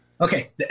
okay